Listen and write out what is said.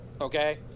okay